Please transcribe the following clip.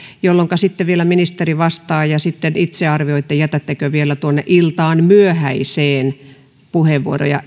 jolloinka sitten vielä ministeri vastaa ja sitten itse arvioitte jätättekö vielä tuonne myöhäiseen iltaan puheenvuoroja